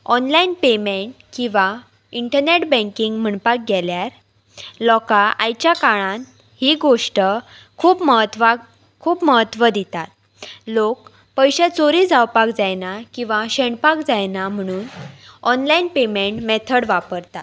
online payment किंवां internet banking म्हणपाक गेल्यार लोकां आयच्या काळांत ही गोश्ट खूब म्हत्वाक खूब महत्व दितात लोक पयशे चोरी जावपाक जायना किंवां शेणपाक जायना म्हणून ऑनलायन पेमेंट मेथड वापरतात